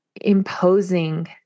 imposing